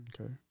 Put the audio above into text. Okay